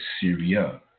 Syria